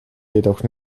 jedoch